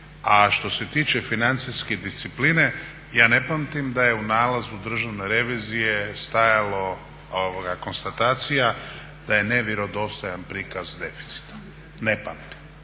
A što se tiče financijske discipline ja ne pamtim da je u nalazu Državne revizije stajala konstatacija da je nevjerodostojan prikaz deficita, ne pamtim.